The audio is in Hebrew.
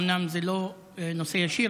אומנם זה לא נושא ישיר,